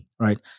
right